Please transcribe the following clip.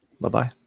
Bye-bye